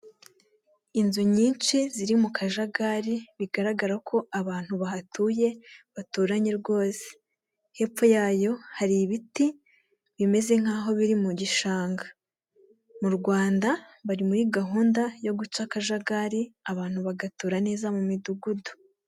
Inzu nyinshi ziri mu kajagari bigaragara ko abantu bahatuye baturanye rwose, hepfo yayo hari ibiti bimeze nk'aho biri mu gishanga mu rwanda bari muri gahunda yo guca akajagari abantu bagatura neza mu midugudu.